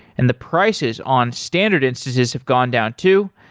and the prices on standard instances have gone down too.